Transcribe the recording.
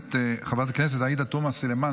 חברת הכנסת עאידה תומא סלימאן,